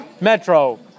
Metro